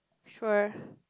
sure